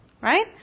Right